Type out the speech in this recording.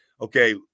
okay